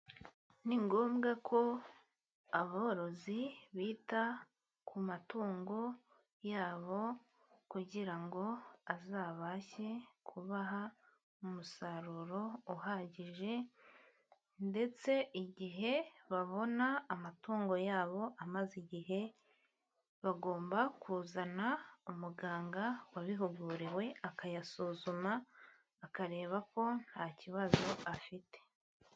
Ni ngombwa ko aborozi bita ku matungo yabo kugira ngo azabashe kubaha umusaruro uhagije. Ndetse igihe babona amatungo yabo amaze igihe, bagomba kuzana umuganga wabihuguriwe akayasuzuma akareba ko nta kibazo afite.